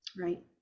Right